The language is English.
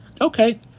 Okay